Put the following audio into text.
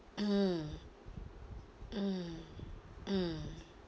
mm mm mm